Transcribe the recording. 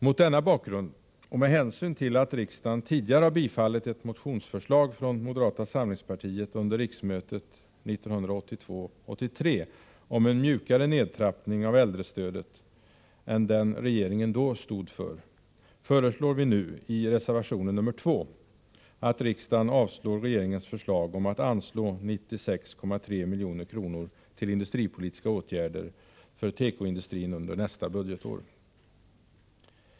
Mot denna bakgrund och med hänsyn till att riksdagen tidigare har bifallit ett motionsförslag från moderata samlingspartiet under riksmötet 1982/83 om en mjukare nedtrappning av äldrestödet än den regeringen då stod för, föreslår vi nu i reservation 2 att riksdagen avslår regeringens förslag om att anslå 96,3 milj.kr. till industripolitiska åtgärder för tekoindustrin under nästa budgetår.